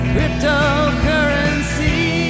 Cryptocurrency